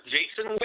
Jason